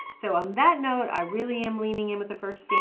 so on that note i really am leaning in with the first finger